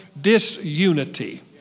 disunity